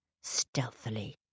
stealthily